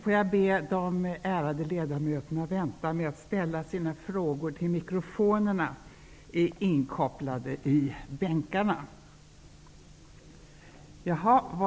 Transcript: Får jag be de ärade ledamöterna vänta med att ställa sina frågor tills mikrofonerna är inkopplade i bänkarna.